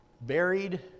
buried